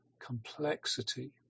complexity